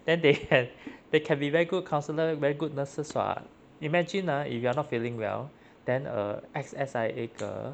then they have they can be very good counsellors very good nurses [what] imagine ah if you are not feeling well then uh ex S_I_A girl